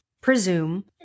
presume